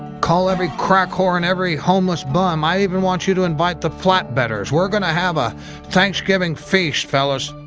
call every crack whore, and every homeless bum. i even want you to invite the flatbedders. we're gonna have a thanksgiving feast, fellas.